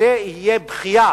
וזה יהיה בכייה